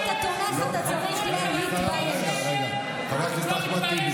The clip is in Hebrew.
אתה צריך להתבייש לך,